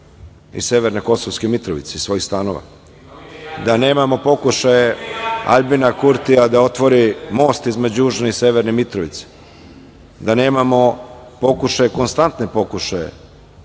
iz severne Kosovske Mitrovice iz svojih stanova, da nemamo pokušaje Aljbina Kurtija da otvori most između južne i severne Mitrovice, da nemamo pokušaje konstantne pokušaje